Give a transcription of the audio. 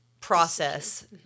process